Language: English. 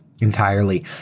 Entirely